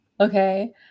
Okay